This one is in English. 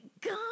God